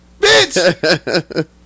Bitch